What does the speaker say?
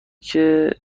جلو